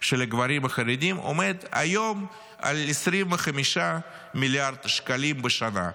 של הגברים החרדים עומד היום על 25 מיליארד שקלים בשנה.